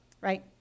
right